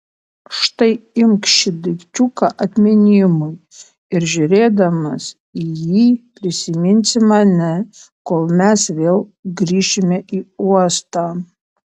štai imk šį daikčiuką atminimui ir žiūrėdamas į jį prisiminsi mane kol mes vėl grįšime į uostą